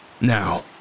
Now